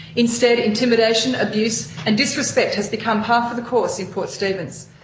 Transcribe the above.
instead, intimidation, abuse and disrespect has become par for the course in port stephens.